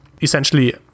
essentially